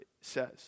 says